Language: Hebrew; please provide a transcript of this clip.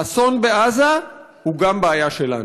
האסון בעזה הוא גם בעיה שלנו.